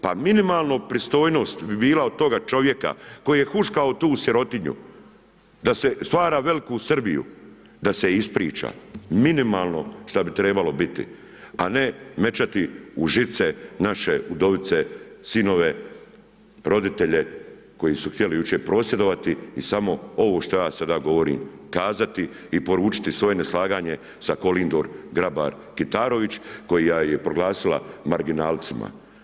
Pa minimalna pristojnost bi bila od toga čovjeka koji je huškao tu sirotinju da stvara veliku Srbiju da se ispriča, minimalno šta bi trebalo biti, a ne mećati u žice naše udovice, sinove, roditelji koji su htjeli jučer prosvjedovati i samo ovo što ja sada govorim kazati i poručiti svoje neslaganje sa KOlindom Grabar Kitarović koja ih je proglasila marginalcima.